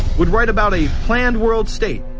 would write about a planned world state.